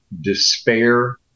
despair